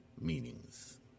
meanings